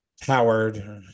Howard